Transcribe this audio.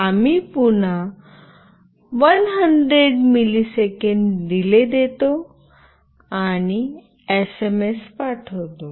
आम्ही पुन्हा 100 millisecond delay देतो आणि एसएमएस पाठवितो